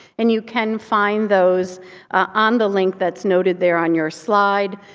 and you can find those on the link that's noted there on your slide,